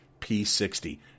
P60